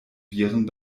viren